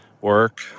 work